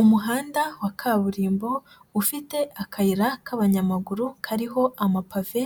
Umuhanda wa kaburimbo ufite akayira k'abanyamaguru kariho amapave,